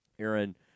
Aaron